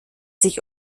sich